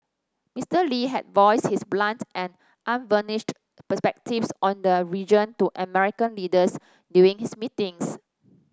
Mister Lee had voiced his blunt and unvarnished perspectives on the region to American leaders during his meetings